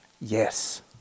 Yes